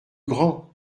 grand